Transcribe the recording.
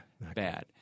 Bad